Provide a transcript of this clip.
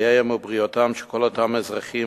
חייהם ובריאותם של כל אותם אזרחים